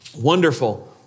Wonderful